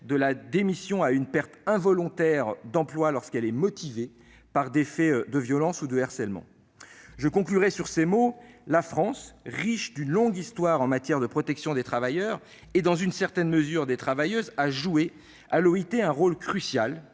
de la démission à une perte involontaire d'emploi lorsqu'elle est motivée par des faits de violence ou de harcèlement. La France, riche d'une longue histoire en matière de protection des travailleurs et, dans une certaine mesure, des travailleuses, a joué un rôle crucial